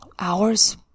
hours